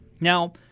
Now